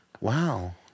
Wow